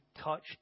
touched